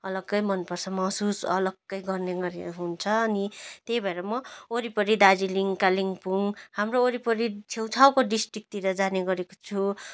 अलग्ग मन पर्छ महसुस अलग्ग गर्ने गरेको हुन्छ अनि त्यही भएर म वरिपरि दार्जिलिङ कालिम्पोङ हाम्रो वरिपरि छेउछाउको डिस्ट्रिकतिर जाने गरेको छु